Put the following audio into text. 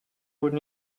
would